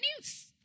news